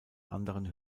anderen